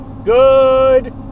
Good